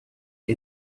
die